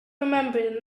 remembered